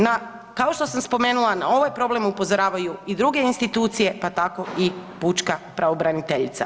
Na, kao što sam spomenula na ovaj problem upozoravaju i druge institucije, pa tako i pučka pravobraniteljica.